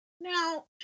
Now